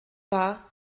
war